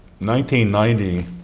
1990